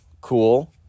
cool